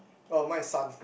oh my is sun